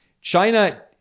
China